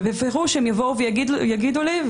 ובפירוש הם יגידו לי,